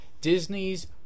Disney's